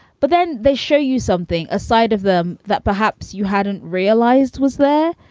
but then they show you something, a side of them that perhaps you hadn't realized was there.